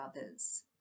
others